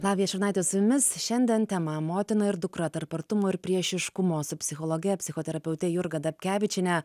lavija šurnaitė su jumis šiandien tema motina ir dukra tarp artumo ir priešiškumo su psichologe psichoterapeute jurga dapkevičiene